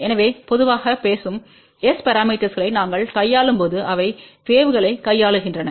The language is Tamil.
எனவே பொதுவாக பேசும் S பரமீட்டர்ஸ்ளை நாங்கள் கையாளும் போது அவை வேவ்களைக் கையாளுகின்றன